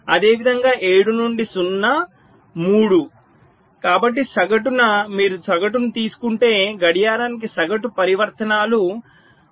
అదేవిధంగా 7 నుండి 0 3 కాబట్టి సగటున మీరు సగటును తీసుకుంటే గడియారానికి సగటు పరివర్తనాలు 1